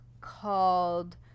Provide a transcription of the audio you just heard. called